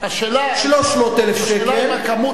300,000 שקל.